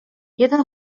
jeden